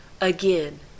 again